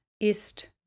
ist